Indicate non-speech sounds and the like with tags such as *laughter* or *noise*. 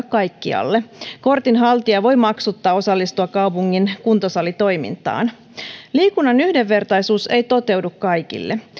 *unintelligible* kaikkialle kortin haltija voi maksutta osallistua kaupungin kuntosalitoimintaan liikunnan yhdenvertaisuus ei toteudu kaikille